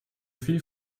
viel